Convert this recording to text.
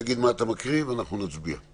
תגיד מה אתה מקריא, ואנחנו נצביע.